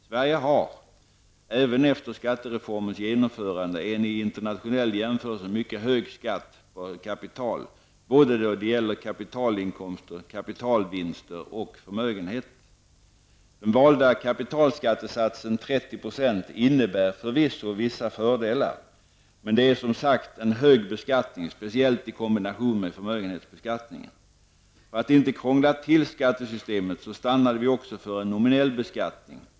Sverige har, även efter skattereformens genomförande, en i internationell jämförelse mycket hög skatt på kapital då det gäller kapitalinkomster, kapitalvinster och förmögenhet. Den valda kapitalskattesatsen 30 % innebär förvisso vissa fördelar. Men det är som sagt en hög beskattning, speciellt i kombination med förmögenhetsbeskattningen. För att inte krångla till skattesystemet stannade vi för en nominell beskattning.